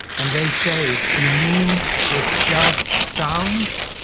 and they say you mean it's just sounds,